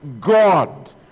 God